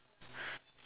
actua~